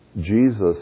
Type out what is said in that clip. Jesus